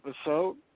episode